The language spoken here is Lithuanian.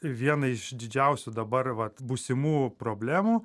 viena iš didžiausių dabar vat būsimų problemų